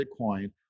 Bitcoin